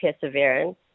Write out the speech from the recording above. perseverance